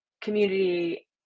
community